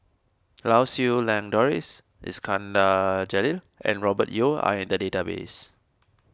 Lau Siew Lang Doris Iskandar Jalil and Robert Yeo are in the database